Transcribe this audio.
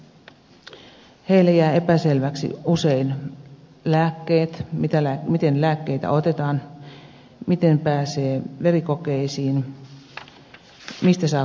heille jäävät epäselväksi usein lääkkeet miten lääkkeitä otetaan miten pääsee verikokeisiin mistä saa kotiapua